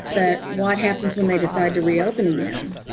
but what happens when they decide to reopen again,